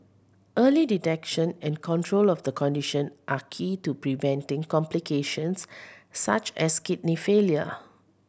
early detection and control of the condition are key to preventing complications such as kidney failure